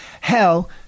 hell